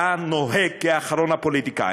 אתה נוהג כאחרון הפוליטיקאים,